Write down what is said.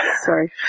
Sorry